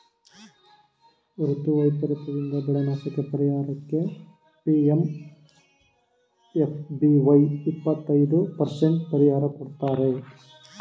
ಋತು ವೈಪರೀತದಿಂದಾದ ಬೆಳೆನಾಶಕ್ಕೇ ಪರಿಹಾರಕ್ಕೆ ಪಿ.ಎಂ.ಎಫ್.ಬಿ.ವೈ ಇಪ್ಪತೈದು ಪರಸೆಂಟ್ ಪರಿಹಾರ ಕೊಡ್ತಾರೆ